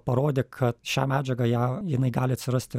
parodė kad šią medžiagą ją jinai gali atsirasti